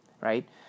right